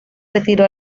retiró